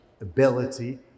ability